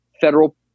federal